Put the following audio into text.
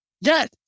Yes